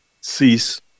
cease